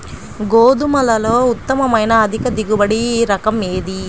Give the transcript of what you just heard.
గోధుమలలో ఉత్తమమైన అధిక దిగుబడి రకం ఏది?